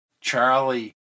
Charlie